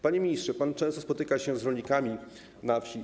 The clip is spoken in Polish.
Panie ministrze, pan często spotyka się z rolnikami na wsi.